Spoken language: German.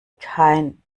kein